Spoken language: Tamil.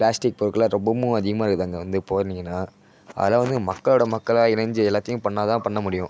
பிளாஸ்டிக் பொருள்கள்லாம் ரொம்பவும் அதிகமாக இருக்குது அங்கே வந்து போனீங்கன்னால் அதெலாம் வந்து மக்களோடய மக்களாக இணைந்து எல்லாத்தையும் பண்ணால்தான் பண்ண முடியும்